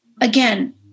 again